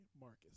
Marcus